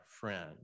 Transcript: friend